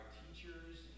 teachers